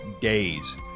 days